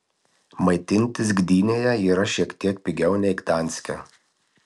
maitintis gdynėje yra šiek tiek pigiau nei gdanske